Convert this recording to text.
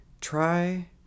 try